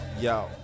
Yo